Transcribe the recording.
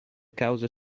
cause